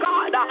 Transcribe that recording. God